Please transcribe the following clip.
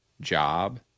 job